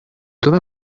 toda